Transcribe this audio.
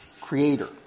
creator